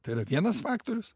tai yra vienas faktorius